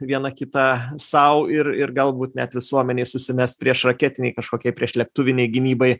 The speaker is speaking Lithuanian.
vieną kitą sau ir ir galbūt net visuomenei susimest priešraketinei kažkokiai priešlėktuvinei gynybai